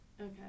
Okay